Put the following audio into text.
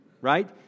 right